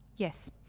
Yes